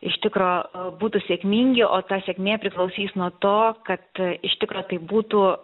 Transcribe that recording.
iš tikro būtų sėkmingi o ta sėkmė priklausys nuo to kad iš tikro taip būtų